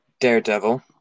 Daredevil